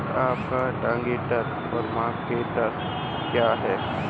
आपका target market क्या है?